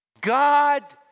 God